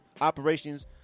operations